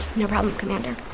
no problem, commander